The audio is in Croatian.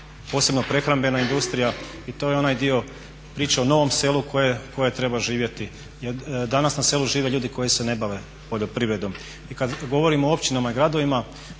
posebno prehrambena industrija i to je onaj dio priče o novom selu koje treba živjeti jer danas na selu žive ljudi koji se ne bave poljoprivredom. I kad govorim o općinama i gradovima,